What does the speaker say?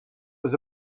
was